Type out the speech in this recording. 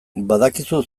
badakizu